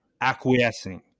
acquiescing